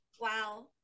Wow